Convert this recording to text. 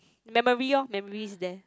memory lor memory is there